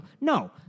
no